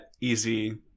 easy